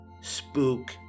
Spook